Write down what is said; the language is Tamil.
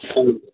சொல்லுங்கள்